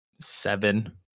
seven